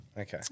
Okay